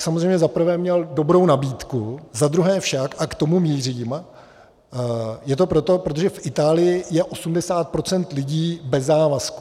Samozřejmě, za prvé, měl dobrou nabídku, za druhé však a k tomu mířím je to proto, protože v Itálii je osmdesát procent lidí bez závazku.